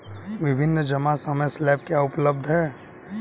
विभिन्न जमा समय स्लैब क्या उपलब्ध हैं?